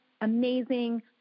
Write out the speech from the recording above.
amazing